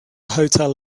hotel